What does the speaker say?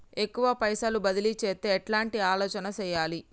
ఎక్కువ పైసలు బదిలీ చేత్తే ఎట్లాంటి ఆలోచన సేయాలి?